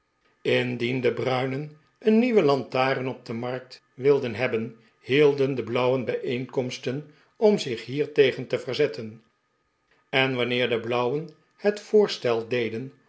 de bruinen een nieuwe lantaren op de markt wilden hebben hielden de blauwen bijeenkomsten om zich hiertegen te verzetten en wanneer de blauwen het voorstel deden